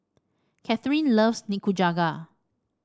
Kathyrn loves Nikujaga